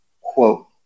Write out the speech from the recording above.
quote